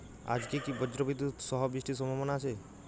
আজকে কি ব্রর্জবিদুৎ সহ বৃষ্টির সম্ভাবনা আছে?